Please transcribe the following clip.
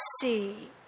see